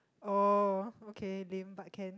oh okay lame but can